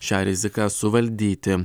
šią riziką suvaldyti